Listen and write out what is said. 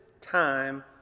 time